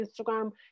Instagram